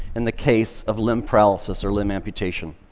in the case of limb paralysis or limb amputation.